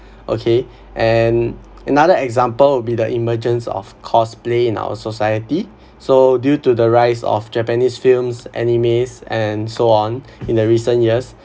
okay and another example would be the emergence of cosplay in our society so due to the rise of japanese films animes and so on in recent years